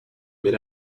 mid